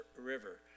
river